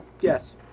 Yes